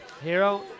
Hero